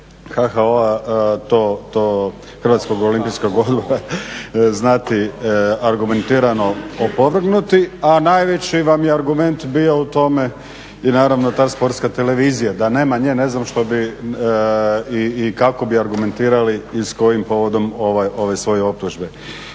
da će i predsjednik HOO-a to znati argumentirano opovrgnuti. A najveći vam je argument bio u tome i naravno ta Sportska televizija. Da nema nje ne znam što bi i kako bi argumentirali i s kojim povodom ove svoje optužbe.